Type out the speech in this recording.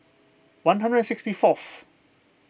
one hundred and sixty fourth